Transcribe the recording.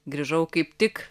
grįžau kaip tik